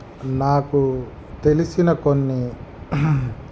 నాకు తెలిసిన కొన్ని